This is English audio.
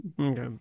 Okay